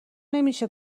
نمیشه